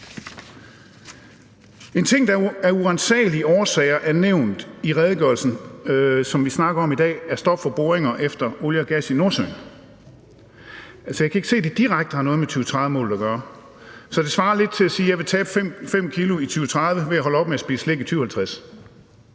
En ting, der af uransagelige årsager er nævnt i redegørelsen, som vi snakker om i dag, er stop for boringer efter olie og gas i Nordsøen. Jeg kan ikke se, at det direkte har noget med 2030-målet at gøre. Så det svarer lidt til at sige: Jeg vil tabe 5 kg i 2030 ved at holde op med at spise slik i 2050.